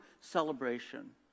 celebration